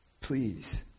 Please